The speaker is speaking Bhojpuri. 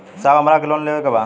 साहब हमरा के लोन लेवे के बा